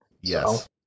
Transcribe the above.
yes